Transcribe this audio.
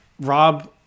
Rob